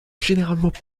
généralement